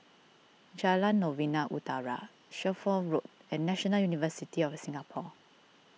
Jalan Novena Utara Shelford Road and National University of Singapore